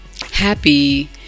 happy